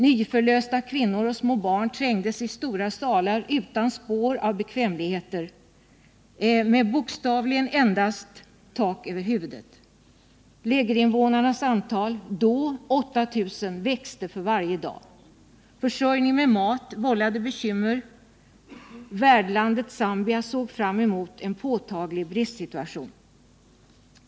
Nyförlösta kvinnor och små barn trängdes i stora salar utan spår av bekvämligheter, med bokstavligen endast tak över huvudet. Lägerinvånarnas antal, då 8 000, växte för varje dag. Försörjningen med mat vållade bekymmer. Värdlandet Zambia förutsåg en påtaglig bristsituation.